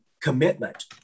commitment